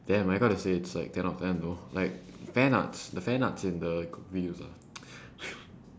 damn I got to say it's like ten out of ten though like fan arts the fan arts in the videos ah